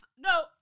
No